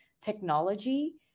technology